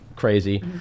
Crazy